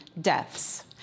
deaths